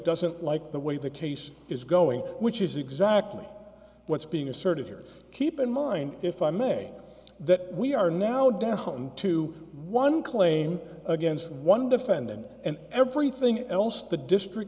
doesn't like the way the case is going which is exactly what's being assertive here keep in mind if i may that we are now down to one claim against one defendant and everything else the district